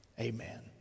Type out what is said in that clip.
Amen